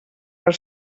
per